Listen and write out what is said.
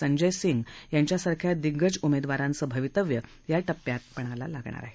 संजय सिंह यांच्यासारख्या दिग्गज उमेदवारांचं भवितव्य या टप्प्यात पणाला लागणार आहे